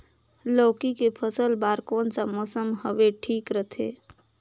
लौकी के फसल बार कोन सा मौसम हवे ठीक रथे?